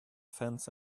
fence